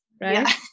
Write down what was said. right